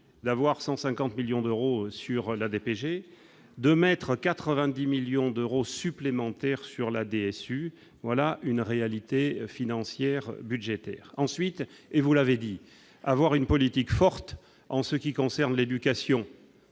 d'avoir 150 millions d'euros sur la DPJ de mètres 90 millions d'euros supplémentaires sur la DSU, voilà une réalité financière budgétaire ensuite et vous l'avez dit avoir une politique forte en ce qui concerne l'éducation.